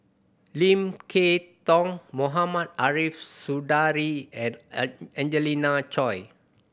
Lim Kay Tong Mohamed Ariff Suradi and Angelina Choy